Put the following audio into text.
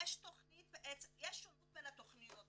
יש שונות בין התכניות.